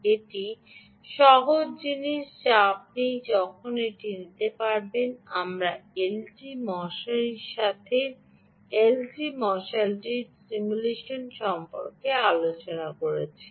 একটি সহজ জিনিস যা আপনি এখন ফিরে যেতে পারেন কারণ আমরা এলটি spiceর সাথে এলটি spice সিমুলেশন সম্পর্কে আলোচনা করেছি